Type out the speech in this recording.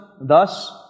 Thus